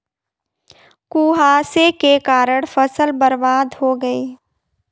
कुहासे के कारण फसल बर्बाद हो गयी